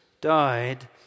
died